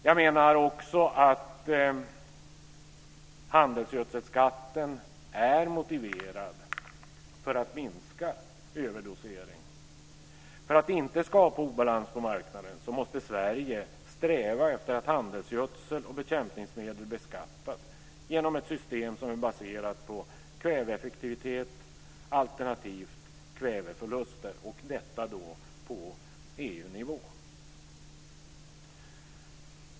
Jag menar också att handelsgödselskatten är motiverad för att minska överdosering. För att inte skapa obalans på marknaden måste Sverige sträva efter att handelsgödsel och bekämpningsmedel beskattas genom ett system som är baserat på kväveeffektivitet alternativt kväveförluster och detta på EU-nivå.